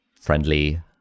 friendly